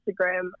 Instagram